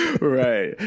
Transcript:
right